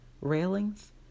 railings